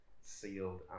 sealed